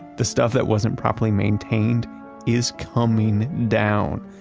the stuff that wasn't properly maintained is coming down,